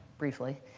briefly,